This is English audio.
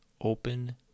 open